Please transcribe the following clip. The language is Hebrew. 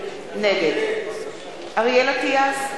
נגד אריאל אטיאס,